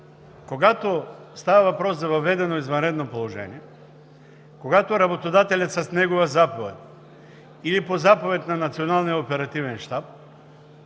когато става въпрос за въведено извънредно положение, когато работодателят с негова заповед или по заповед на Националния оперативен щаб